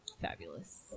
fabulous